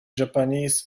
japanese